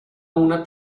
una